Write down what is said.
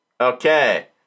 Okay